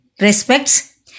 respects